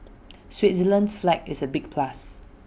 Switzerland's flag is A big plus